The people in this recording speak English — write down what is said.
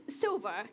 silver